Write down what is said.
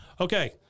Okay